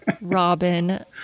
Robin